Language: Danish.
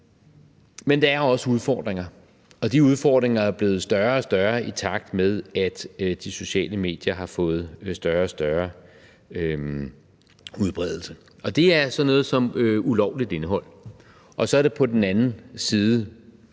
Men der er også udfordringer, og de udfordringer er blevet større og større, i takt med at de sociale medier har fået større og større udbredelse. Det er sådan noget som ulovligt indhold, og så er det på den anden side